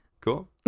Cool